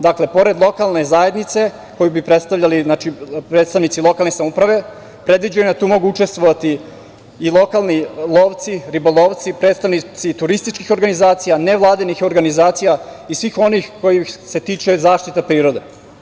Dakle, pored lokalne zajednice koju bi predstavljali predstavnici lokalne samouprave, predviđeno je da tu mogu učestovati i lokalni lovci, ribolovci, predstavnici turističkih organizacija, nevladinih organizacija i svih onih kojih se tiče zaštita prirode.